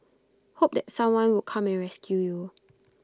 hope that someone would come and rescue you